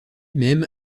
même